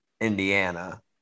Indiana